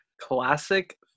Classic